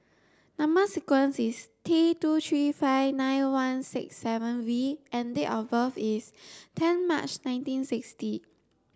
number sequence is T two three five nine one six seven V and date of birth is ten March nineteen sixty